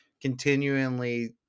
continually